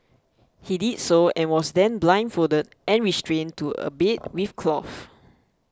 he did so and was then blindfolded and restrained to a bed with cloth